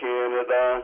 Canada